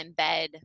embed